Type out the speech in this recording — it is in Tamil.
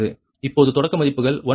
இப்போது தொடக்க மதிப்புகள் 1 j 0